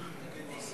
אין לי בוסית.